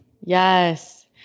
Yes